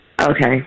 okay